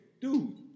Dude